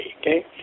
okay